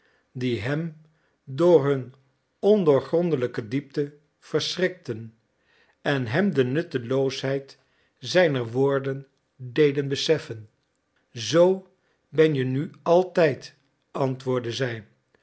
die hem door hun ondoorgrondelijke diepte verschrikten en hem de nutteloosheid zijner woorden deden beseffen zoo ben je nu altijd antwoordde zij